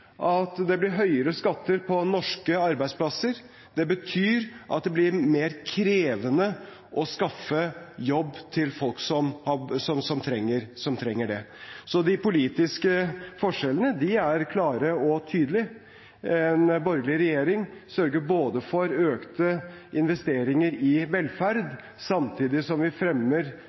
at det blir høyere skatter på norske arbeidsplasser. Det betyr at det blir mer krevende å skaffe jobb til folk som trenger det. Så de politiske forskjellene er klare og tydelige: En borgerlig regjering sørger for økte investeringer i velferd samtidig som vi fremmer